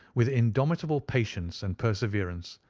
with indomitable patience and perseverance,